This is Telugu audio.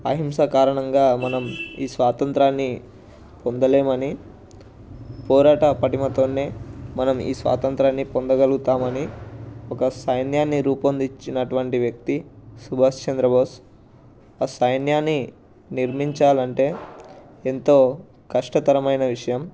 అహింస కారణంగా మనం ఈ స్వాతంత్రాన్ని పొందలేమని పోరాట పటిమతోనే మనం ఈ స్వాతంత్ర్యాన్ని పొందగలుగుతామని ఒక సైన్యాన్ని రూపొందించినటువంటి వ్యక్తి సుభాష్ చంద్రబోస్ సైన్యాన్ని నిర్మించాలంటే ఎంతో కష్టతరమైన విషయం